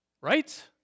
Right